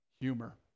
humor